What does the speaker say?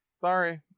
Sorry